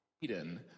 ...Eden